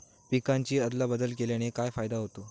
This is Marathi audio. पिकांची अदला बदल केल्याने काय फायदा होतो?